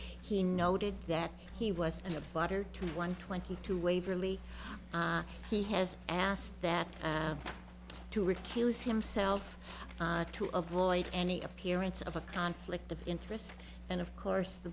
he noted that he was of water to one twenty two waverly he has asked that to recuse himself to avoid any appearance of a conflict of interest and of course the